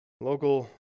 Local